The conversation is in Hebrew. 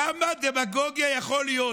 כמה דמגוגיה יכולה להיות?